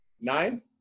Nine